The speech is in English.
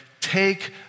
take